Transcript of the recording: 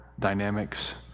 dynamics